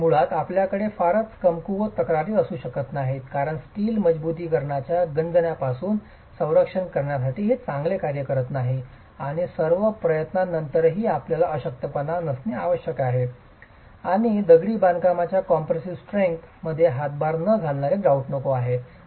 मुळात आपल्याकडे फारच कमकुवत तक्रारी असू शकत नाहीत कारण स्टील मजबुतीकरणाच्या गंजण्यापासून संरक्षण करण्यासाठी हे चांगले कार्य करत नाही आणि सर्व प्रयत्नांनंतरही आपल्याला अशक्तपणा नसणे आवश्यक आहे आणि दगडी बांधकामच्या कॉम्प्रेसीव स्ट्रेंग्थ हातभार न घालणारे ग्रॉउट नको आहे